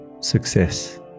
success